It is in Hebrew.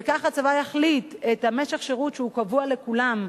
וכך הצבא יחליט את משך השירות שהוא קבוע לכולם,